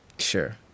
Sure